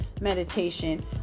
meditation